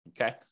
Okay